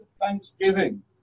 thanksgiving